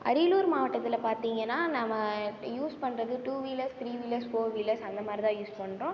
அரியாலூர் மாவட்டத்தில் பார்த்திங்கன்னா நாம யூஸ் பண்ணுறது two wheelers three wheelers four wheelers அந்த மாதிரி தான் யூஸ் பண்ணுறோம்